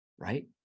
right